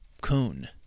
coon